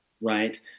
right